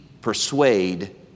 persuade